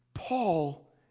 Paul